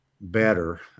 better